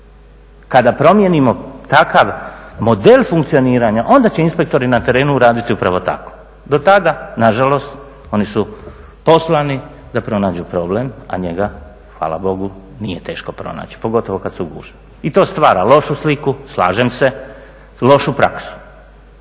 Kada promijenimo takav model funkcioniranja onda će inspektori na terenu uraditi upravo tako. Do tada, nažalost, oni su poslani da pronađu problem, a njega hvala Bogu nije teško pronaći pogotovo kad su gužve. I to stvara lošu sliku, slažem se, lošu praksu.